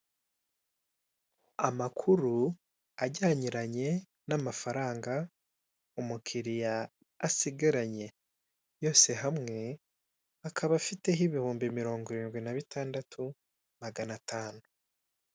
Amakuru ajyaniranye n'amafaranga umukiriya sigaranye, yose hamwe akaba afiteho ibihumbi mirongo irindwi na bitandatu magana atanu.